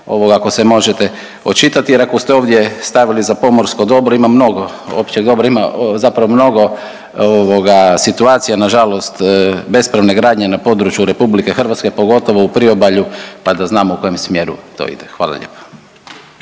ako se možete očitati. Jer ako ste ovdje stavili za pomorsko dobro ima mnogo općeg dobra, ima zapravo mnogo situacija na žalost bespravne gradnje na području Republike Hrvatske pogotovo u priobalju pa da znamo u kojem smjeru to ide. Hvala lijepa.